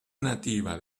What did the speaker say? nativa